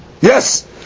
Yes